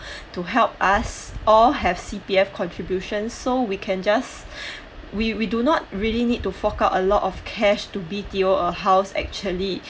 to help us all have C_P_F contribution so we can just we we do not really need to fork out a lot of cash to be deal a house actually